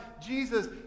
jesus